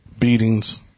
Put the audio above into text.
beatings